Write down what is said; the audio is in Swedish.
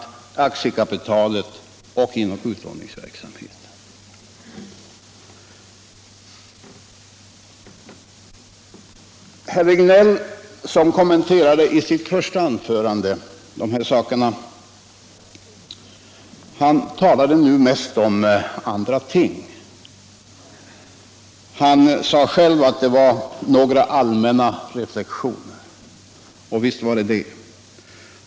Herr Regnéll, som i sitt första anförande kommenterade dessa frågor, talade i sitt senaste anförande mest om andra ting. Han sade själv att det var några allmänna reflexioner, och visst var det det.